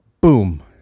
boom